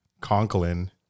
conklin